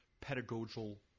pedagogical